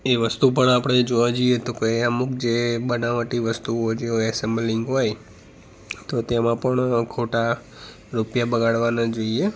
એ વસ્તુ પણ આપણે જોવા જોઈએ તો કઈ અમુક જે બનાવટી વસ્તુઓ જે ઍસૅમ્બલિંગ હોય તો તેમાં પણ ખોટા રૂપિયા બગાડવા ન જોઈએ